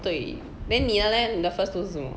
对 then 你的 leh 你的 first 是什么